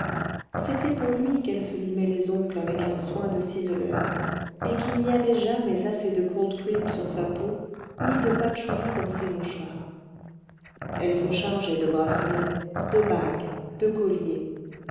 c'était pour lui qu'elle se limait les ongles avec un soin de ciseleur et qu'il n'y avait jamais assez de cold cream sur sa peau ni de patchouli dans ses mouchoirs elle se chargeait de bracelets de bagues de colliers